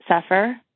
suffer